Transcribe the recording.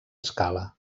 scala